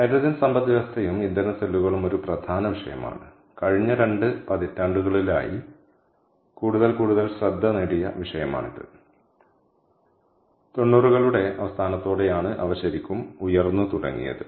hydrogen സമ്പദ്വ്യവസ്ഥയും ഇന്ധന സെല്ലുകളും ഒരു പ്രധാന വിഷയമാണ് കഴിഞ്ഞ രണ്ട് പതിറ്റാണ്ടുകളായി കൂടുതൽ കൂടുതൽ ശ്രദ്ധ നേടിയ വിഷയമാണിത് 90 കളുടെ അവസാനത്തോടെയാണ് അവ ശരിക്കും ഉയർന്നു തുടങ്ങിയത്